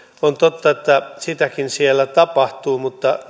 on totta että sitäkin siellä tapahtuu mutta